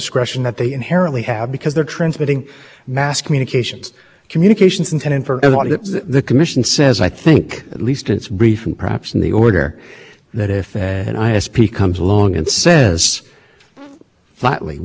yes because that would that should be a cause of that because for them i just to find out why they're why why i just defined why they're not like a cable operator anymore because they're not making content selections that should be a matter of choice rather than regulatory compulsion so